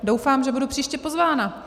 Doufám, že budu příště pozvána.